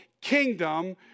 kingdom